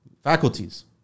Faculties